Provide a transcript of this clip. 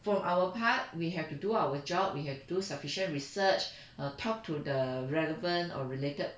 from our part we have to do our job we have to do sufficient research err talk to the relevant or related